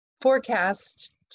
forecast